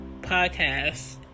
podcast